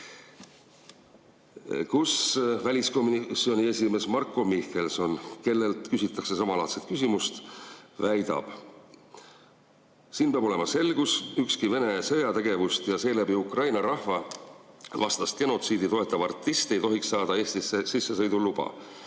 kus väliskomisjoni esimees Marko Mihkelson, kellelt küsitakse samalaadne küsimus, väidab: "Siin peab olema selgus. Ükski Vene sõjategevust ja seeläbi ukraina rahva vastast genotsiidi toetav artist ei tohiks saada Eestisse sissesõidu luba.